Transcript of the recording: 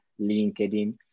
LinkedIn